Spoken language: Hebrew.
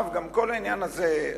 גם כל העניין הזה,